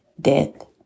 death